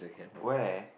where